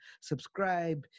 Subscribe